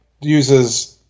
uses